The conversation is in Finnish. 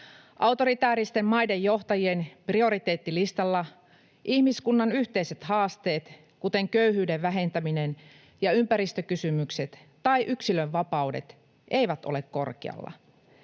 Autoritääristen maiden johtajien prioriteettilistalla ihmiskunnan yhteiset haasteet, kuten köyhyyden vähentäminen ja ympäristökysymykset tai yksilön vapaudet, eivät ole korkealla.